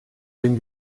dem